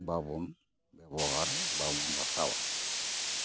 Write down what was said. ᱵᱟᱵᱚᱱ ᱵᱮᱵᱚᱦᱟᱨ ᱵᱟᱵᱚᱱ ᱦᱟᱛᱟᱣᱟ